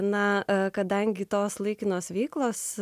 na kadangi tos laikinos veiklos